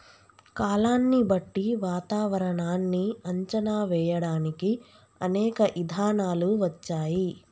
కాలాన్ని బట్టి వాతావరనాన్ని అంచనా వేయడానికి అనేక ఇధానాలు వచ్చాయి